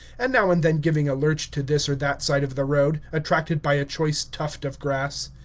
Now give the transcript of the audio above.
and now and then giving a lurch to this or that side of the road, attracted by a choice tuft of grass.